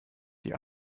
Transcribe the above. die